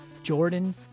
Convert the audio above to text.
Jordan